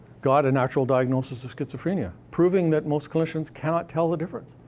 got an actual diagnosis of schizophrenia, proving that most clinicians cannot tell the difference.